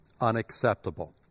unacceptable